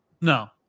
No